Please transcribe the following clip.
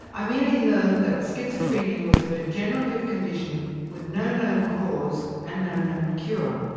i merely learned that schizophrenia was a degenerative condition with no known cause and no known cure.